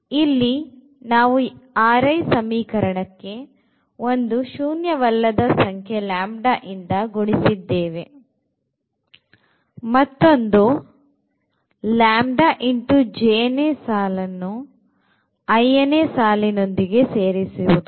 ಇಲ್ಲಿ ನಾವು ಸಮೀಕರಣಕ್ಕೆ ಒಂದು ಶೂನ್ಯವಲ್ಲದ ಸಂಖ್ಯೆ ಲಾಂಬ್ದಾ ಇಂದ ಗುಣಿಸಿದ್ದೇವೆ ಮತ್ತೊಂದು ಲಾಂಬ್ದಾ j ನೇ ಸಾಲನ್ನು iನೇ ಸಾಲಿನೊಂದಿಗೆ ಸೇರಿಸುವುದು